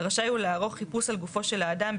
רשאי הוא לערוך חיפוש על גופו של האדם,